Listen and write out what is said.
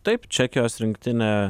taip čekijos rinktinė